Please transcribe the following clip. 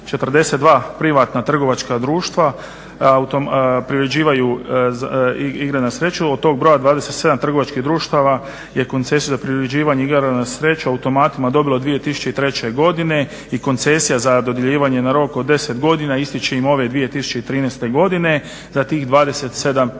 42 privatna trgovačka društva, priređivaju igre na sreću. Od tog broja 27 trgovačkih društava je koncesiju za preuređivanje igara na sreću automatima dobilo 2003. godine i koncesija za dodjeljivanje na rok od 10 godina ističe im ove 2013. godine za tih 27 društava.